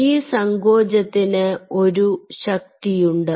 ഈ സങ്കോചത്തിന് ഒരു ശക്തിയുണ്ട്